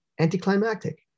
anticlimactic